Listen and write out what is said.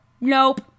Nope